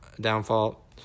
downfall